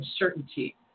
uncertainty